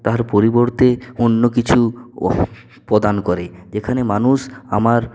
তার পরিবর্তে অন্যকিছু প্রদান করে যেখানে মানুষ আমার